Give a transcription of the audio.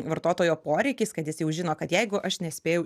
vartotojo poreikiais kad jis jau žino kad jeigu aš nespėjau